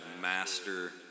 master